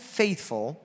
faithful